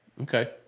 Okay